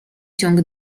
ciąg